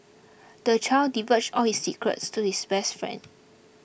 the child divulged all his secrets to his best friend